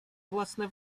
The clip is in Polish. własne